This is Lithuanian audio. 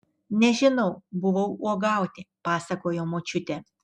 nežinau buvau uogauti pasakojo močiutė